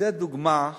וזו דוגמה,